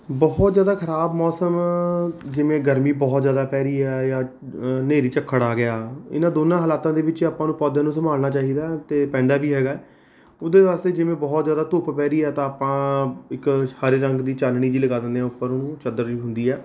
ਬਹੁਤ ਜ਼ਿਆਦਾ ਖਰਾਬ ਮੌਸਮ ਜਿਵੇਂ ਗਰਮੀ ਬਹੁਤ ਜ਼ਿਆਦਾ ਪੈ ਰਹੀ ਹੈ ਜਾਂ ਅ ਹਨੇਰੀ ਝੱਖੜ ਆ ਗਿਆ ਇਹਨਾਂ ਦੋਨਾਂ ਹਾਲਾਤਾਂ ਦੇ ਵਿੱਚ ਆਪਾਂ ਨੂੰ ਪੌਦਿਆਂ ਨੂੰ ਸੰਭਾਲਣਾ ਚਾਹੀਦਾ ਹੈ ਅਤੇ ਪੈਂਦਾ ਵੀ ਹੈਗਾ ਉਹਦੇ ਵਾਸਤੇ ਜਿਵੇਂ ਬਹੁਤ ਜ਼ਿਆਦਾ ਧੁੱਪ ਪੈ ਰਹੀ ਹੈ ਤਾਂ ਆਪਾਂ ਇੱਕ ਹਰੇ ਰੰਗ ਦੀ ਚਾਨਣੀ ਜੀ ਲਗਾ ਦਿੰਦੇ ਆ ਉੱਪਰ ਨੂੰ ਚਾਦਰ ਜੀ ਹੁੰਦੀ ਆ